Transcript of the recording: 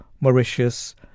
Mauritius